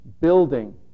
building